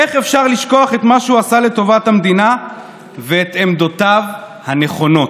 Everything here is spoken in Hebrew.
איך אפשר לשכוח את מה שהוא עשה לטובת המדינה ואת עמדותיו הנכונות?